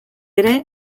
ere